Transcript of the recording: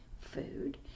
food